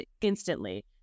instantly